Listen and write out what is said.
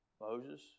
Moses